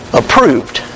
approved